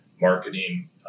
marketing